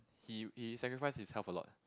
he he sacrifice his health a lot